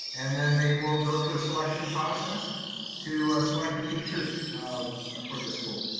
and then they will go through a selection process to select the teachers for the school.